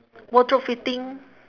wardrobe fitting